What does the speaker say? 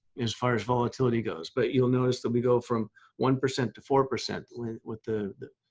as far as volatility goes. but you'll notice that we go from one percent to four percent with with the,